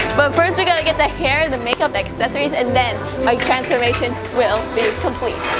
but first, we gotta get the hair, the makeup, the accessories and then, my transformation will be complete.